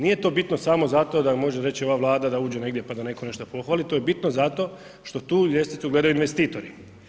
Nije to bitno samo zato da može reći ova Vlada da uđe negdje pa da netko nešto pohvali, to je bitno zato što tu ljestvicu gledaju investitori.